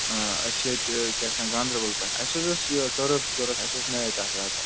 آ أسۍ چھِ ییٚتہِ کیٛاہ چھِ ونان گاندَربَل پٮ۪ٹھ اَسہِ حظ ٲس یہِ ٹٔرٕپ ضرورَت اَسہِ اوس میچ اَتھوارِ دۄہ